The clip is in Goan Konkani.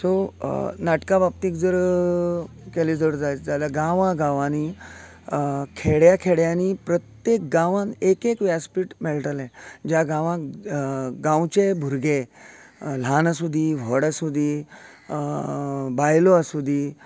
सो नाटकां बाबतीत जर केले जर जायत जाल्यार गांवा गांवांनी खेड्या खेड्यांनी प्रत्येक गांवांन एक एक व्यासपीठ मेळटले ज्या गांवांक गांवचें भुरगें ल्हान आसुंदी व्हड आसुंदी बायलो आसुंदी